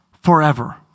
forever